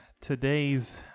today's